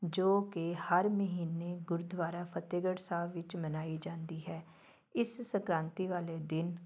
ਜੋ ਕਿ ਹਰ ਮਹੀਨੇ ਗੁਰਦੁਆਰਾ ਫਤਿਹਗੜ੍ਹ ਸਾਹਿਬ ਵਿੱਚ ਮਨਾਈ ਜਾਂਦੀ ਹੈ ਇਸ ਸੰਕ੍ਰਾਂਤੀ ਵਾਲੇ ਦਿਨ